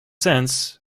since